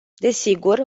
desigur